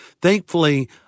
Thankfully